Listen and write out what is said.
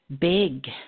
big